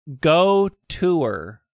Go-Tour